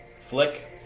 flick